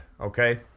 okay